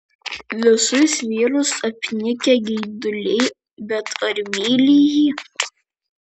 visus vyrus apnikę geiduliai bet ar myli jį